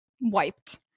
wiped